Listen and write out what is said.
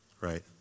right